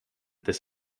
this